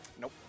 Nope